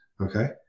okay